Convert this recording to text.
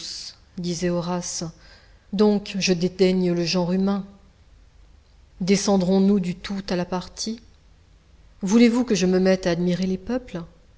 dit horace donc je dédaigne le genre humain descendrons nous du tout à la partie voulez-vous que je me mette à admirer les peuples